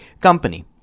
company